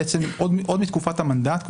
עוד מתקופת המנדט,